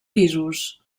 pisos